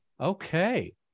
Okay